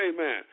amen